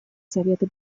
совета